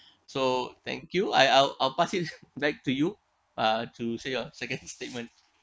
so thank you I I'll I'll pass you back to you uh to say your second statement